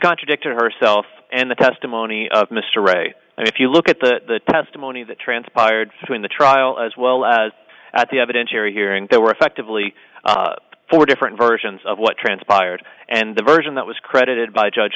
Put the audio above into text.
contradicted herself and the testimony of mr ray and if you look at the testimony that transpired between the trial as well as at the evidence cherry hearing there were effectively four different versions of what transpired and the version that was credited by judge